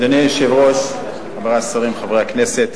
אדוני היושב-ראש, חברי השרים, חברי הכנסת,